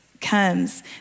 comes